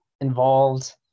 involved